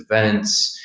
events.